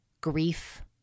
grief